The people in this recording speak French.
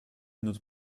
notre